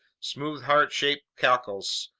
smooth heart-shaped cockles,